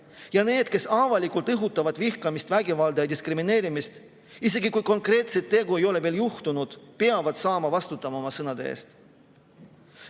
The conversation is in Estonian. Need, kes avalikult õhutavad vihkamist, vägivalda ja diskrimineerimist – isegi kui konkreetset tegu ei ole veel juhtunud –, peavad vastutama oma sõnade eest.